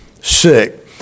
sick